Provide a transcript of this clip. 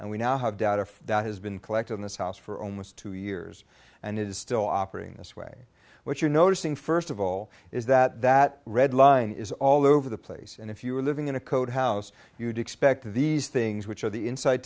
and we now have data that has been collected in this house for almost two years and it is still operating this way what you're noticing first of all is that that red line is all over the place and if you were living in a code house you would expect these things which are the inside